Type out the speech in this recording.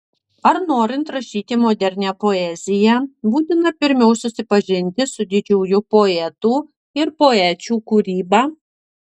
ar norint rašyti modernią poeziją būtina pirmiau susipažinti su didžiųjų poetų ir poečių kūryba